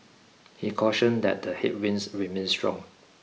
he cautioned that the headwinds remain strong